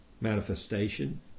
manifestation